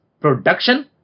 production